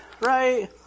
right